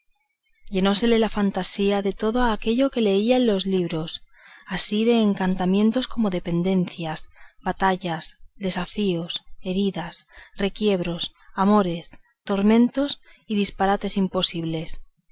llenósele la fantasía de todo aquello que leía en los libros así de encantamentos como de pendencias batallas desafíos heridas requiebros amores tormentas y disparates imposibles